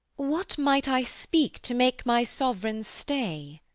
what might i speak to make my sovereign stay?